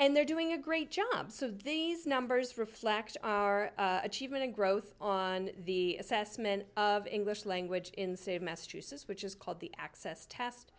and they're doing a great job so these numbers reflect our achievement and growth on the assessment of english language in save massachusetts which is called the access test